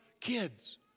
kids